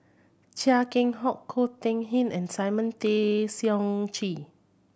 Chia Keng Hock Ko Teck Kin and Simon Tay Seong Chee